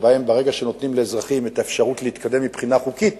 שבהם ברגע שנותנים לאזרחים את האפשרות להתקדם מבחינה חוקית,